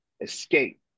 escape